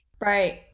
Right